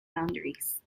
boundaries